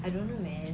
I don't know man